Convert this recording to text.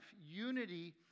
Unity